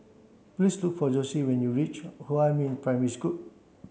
please to for Josie when you reach Huamin Primary School